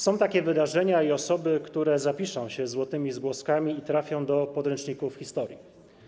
Są takie wydarzenia i osoby, które zapiszą się złotymi zgłoskami i trafią do podręczników historii.